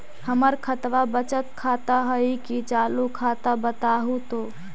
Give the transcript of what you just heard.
हमर खतबा बचत खाता हइ कि चालु खाता, बताहु तो?